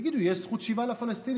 יגידו, יש זכות שיבה לפלסטינים.